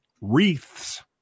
wreaths